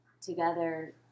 together